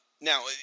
Now